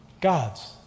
God's